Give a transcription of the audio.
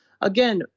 again